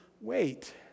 wait